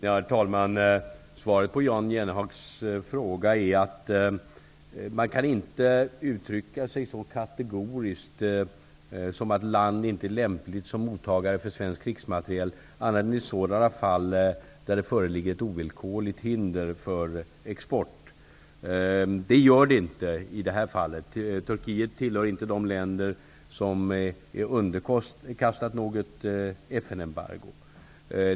Herr talman! Svaret på Jan Jennehags fråga är att man inte kan uttrycka sig så kategoriskt som att ett land inte är lämpligt som mottagare för svenskt krigsmateriel annat än i sådana fall där det föreligger ett ovillkorligt hinder för export. Det gör det inte i det här fallet. Turkiet tillhör inte de länder som är underkastade ett FN-embargo.